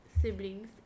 siblings